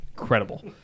Incredible